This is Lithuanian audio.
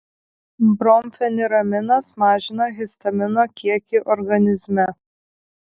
bromfeniraminas mažina histamino kiekį organizme